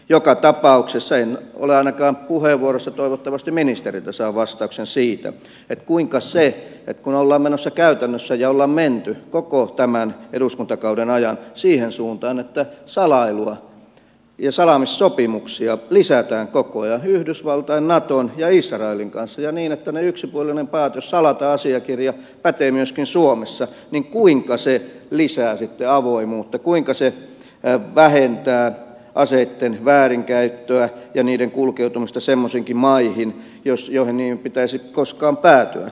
joka tapauksessa en ole ainakaan puheenvuorossa saanut vastausta toivottavasti ministeriltä saan vastauksen siitä että kun ollaan menossa käytännössä ja ollaan menty koko tämän eduskuntakauden ajan siihen suuntaan että salailua ja salaamissopimuksia lisätään koko ajan yhdysvaltain naton ja israelin kanssa ja niin että niiden yksipuolinen päätös salata asiakirja pätee myöskin suomessa niin kuinka se lisää sitten avoimuutta kuinka se vähentää aseitten väärinkäyttöä ja niiden kulkeutumista semmoisiinkin maihin joihin niiden ei pitäisi koskaan päätyäkään